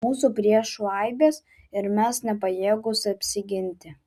mūsų priešų aibės ir mes nepajėgūs apsiginti